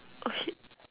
okay